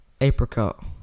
Apricot